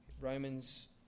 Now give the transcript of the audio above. Romans